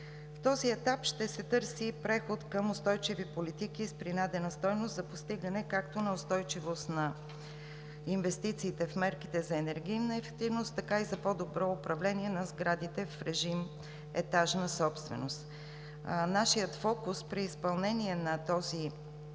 В този етап ще се търси преход към устойчиви политики с принадена стойност за постигане както на устойчивост на инвестициите в мерките за енергийна ефективност, така и за по добро управление на сградите в режим етажна собственост. Нашият фокус при изпълнение на този етап